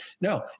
No